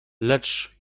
lecz